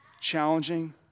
challenging